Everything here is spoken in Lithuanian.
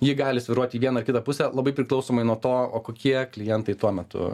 ji gali svyruoti į vieną ar kitą pusę labai priklausomai nuo to o kokie klientai tuo metu